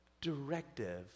directive